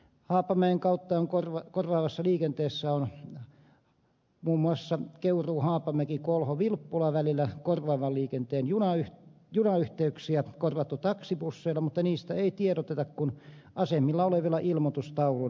haapamäen kautta korvaavassa liikenteessä on muun muassa keuruuhaapamäkikolhovilppula välillä junayhteyksiä korvattu taksibusseilla mutta niistä ei tiedoteta kuin asemilla olevilla ilmoitustauluilla